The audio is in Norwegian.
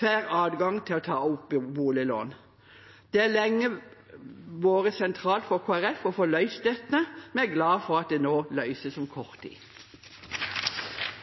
får adgang til å ta opp boliglån. Det har lenge vært sentralt for Kristelig Folkeparti å få løst dette. Vi er glad for at det nå løses om